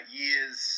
years